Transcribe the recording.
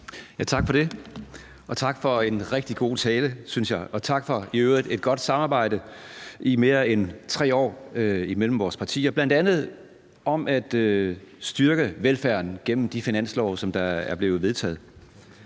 Tak for det. Og tak for, synes jeg, en rigtig god tale. Og i øvrigt tak for et godt samarbejde i mere end 3 år imellem vores partier, bl.a. om at styrke velfærden gennem de finanslove, der er blevet vedtaget.